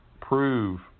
Prove